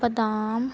ਬਦਾਮ